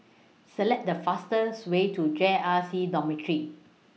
Select The fastest Way to J R C Dormitory